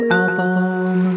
album